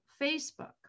facebook